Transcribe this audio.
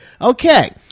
Okay